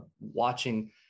watching